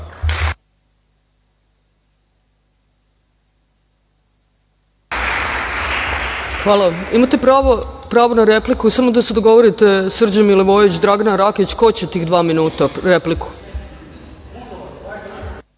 vam. Imate pravo na repliku, samo da se dogovorite, Srđan Milivojević, Dragana Rakić, ko će tih dva minuta repliku. Pravo